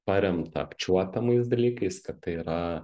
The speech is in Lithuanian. paremtą apčiuopiamais dalykais kad tai yra